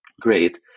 great